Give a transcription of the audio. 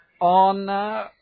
on